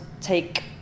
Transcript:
take